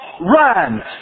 run